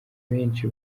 benshi